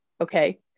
okay